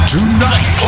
Tonight